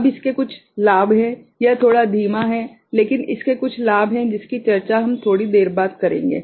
अब इसके कुछ लाभ है यह थोड़ा धीमा है लेकिन इसके कुछ लाभ है जिसकी चर्चा हम थोड़ी देर बाद करेंगे